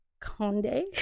Conde